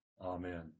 Amen